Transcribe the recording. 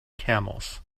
camels